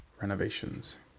renovations